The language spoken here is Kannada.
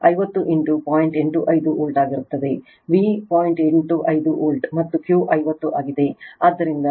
85 ವೋಲ್ಟ್ ಮತ್ತು Q 50 ಆಗಿದೆ ಆದ್ದರಿಂದ 42